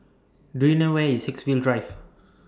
Do YOU know Where IS Haigsville Drive